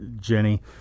Jenny